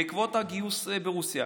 בעקבות הגיוס ברוסיה.